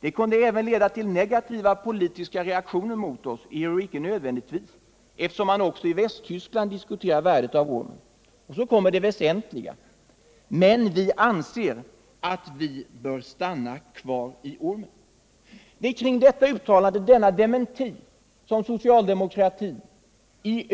Det kunde även leda till negativa politiska reaktioner mot oss, ehuru inte nödvändigtvis eftersom man också i Västtyskland diskuterar värdet av ormen.” Så kom det väsentliga: ”Men vi anser att vi bör stanna kvar i ormen.” Mot detta uttalande och denna dementi har socialdemokraterna i